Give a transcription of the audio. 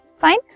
Fine